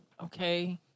okay